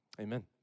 Amen